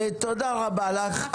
תודה רבה לך.